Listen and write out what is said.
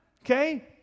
okay